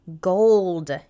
gold